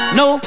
no